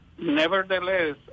Nevertheless